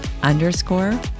underscore